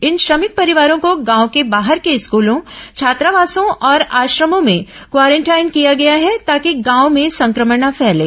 इन श्रमिक परिवारों को गांव के बाहर के स्कूलों छात्रावासों और आश्रमों में क्वारेंटाइन किया गया है ताकि गांव में संक्रमण न फैलें